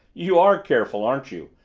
you are careful, aren't you!